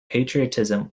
patriotism